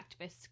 activists